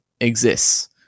exists